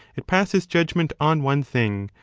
it passes judgment on one thing,